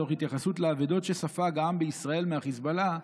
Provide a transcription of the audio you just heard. תוך התייחסות לאבדות שספג העם בישראל מהחיזבאללה,